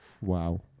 Wow